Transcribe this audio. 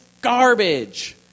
garbage